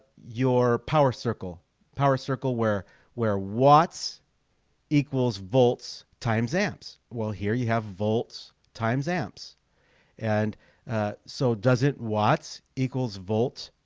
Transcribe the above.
your power circle power circle. where where watts equals volts times amps well here you have volts times amps and so does it watts equals volts?